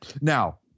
now